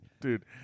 dude